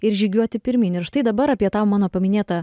ir žygiuoti pirmyn ir štai dabar apie tą mano paminėtą